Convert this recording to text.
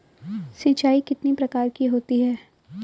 सिंचाई कितनी प्रकार की होती हैं?